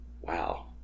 wow